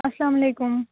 اسلامُ علیکم